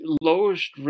lowest